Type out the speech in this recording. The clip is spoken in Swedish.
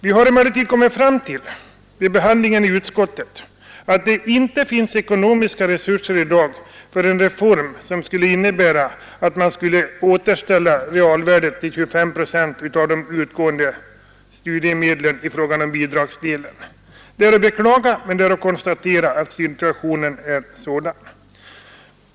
Vi har emellertid vid behandlingen i utskottet kommit fram till att det inte finns ekonomiska resurser i dag för en reform som skulle innebära, att man i fråga om bidragsdelen skulle återställa realvärdet till 25 procent av de utgående studiemedlen. Det är att beklaga, men det är också att konstatera att situationen är sådan.